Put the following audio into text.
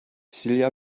silja